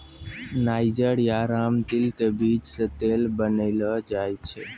niger या रामतिल के बीज सॅ तेल बनैलो जाय छै